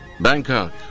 Bangkok